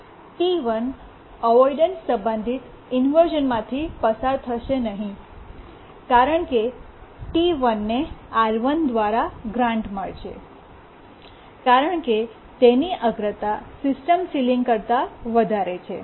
T1 avoidance સંબંધિત ઇન્વર્શ઼નમાંથી પસાર થશે નહીં કારણકે T1ને R1 દ્વારા ગ્રાન્ટ મળશે કારણ કે તેની અગ્રતા સિસ્ટમ સીલીંગ કરતાં વધારે છે